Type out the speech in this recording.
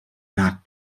not